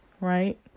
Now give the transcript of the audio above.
Right